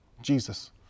Jesus